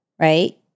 right